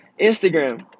Instagram